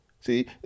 See